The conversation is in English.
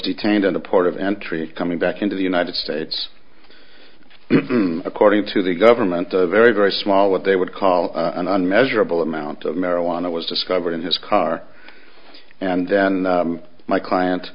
detained in the port of entry coming back into the united states according to the government very very small what they would call an unmeasurable amount of marijuana was discovered in his car and my client